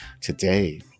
today